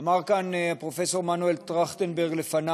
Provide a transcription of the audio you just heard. אמר כאן הפרופסור מנואל טרכטנברג לפני